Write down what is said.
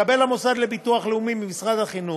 מקבל המוסד לביטוח לאומי ממשרד החינוך,